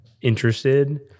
interested